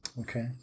Okay